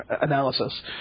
analysis